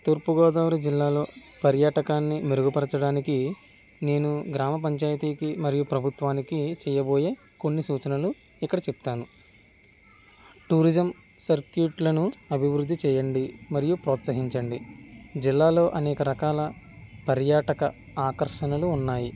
తూర్పుగోదావరి జిల్లాలో పర్యాటకాన్ని మెరుగుపరచడానికి నేను గ్రామ పంచాయతీకి మరియు ప్రభుత్వానికి చేయబోయే కొన్ని సూచనలు ఇక్కడ చెబుతాను టూరిజం సర్క్యూట్లను అభివృద్ధి చేయండి మరియు ప్రోత్సహించండి జిల్లాలో అనేక రకాల పర్యాటక ఆకర్షణలు ఉన్నాయి